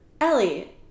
Ellie